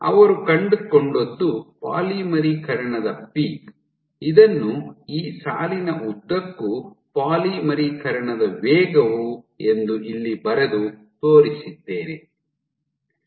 ಅವರು ಕಂಡುಕೊಂಡದ್ದು ಪಾಲಿಮರೀಕರಣದ ಪೀಕ್ ಇದನ್ನು ಈ ಸಾಲಿನ ಉದ್ದಕ್ಕೂ ಪಾಲಿಮರೀಕರಣದ ವೇಗವು ಎಂದು ಇಲ್ಲಿ ಬರೆದು ತೋರಿಸಿದ್ದೀನಿ